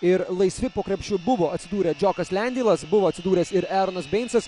ir laisvi po krepšiu buvo atsidūrę džiokas lendeilas buvo atsidūręs ir eronas beincas